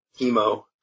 chemo